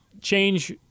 change